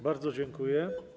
Bardzo dziękuję.